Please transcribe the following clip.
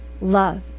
love